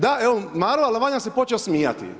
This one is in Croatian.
Da, evo Maro Alavanja se počeo smijati.